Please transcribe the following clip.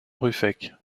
ruffec